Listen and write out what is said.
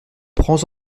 prends